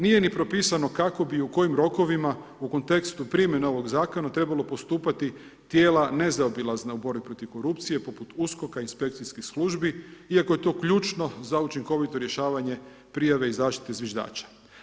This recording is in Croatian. Nije ni propisano kako bi i u kojim rokovima u kontekstu primjene ovog zakona trebalo postupati tijela nezaobilazna u borbi protiv korupcije poput USKOK-a i inspekcijskih službi, iako je to ključno za učinkovito rješavanje prijave i zaštite zviždača.